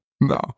No